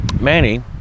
Manny